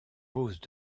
posent